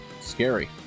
scary